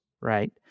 right